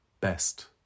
Best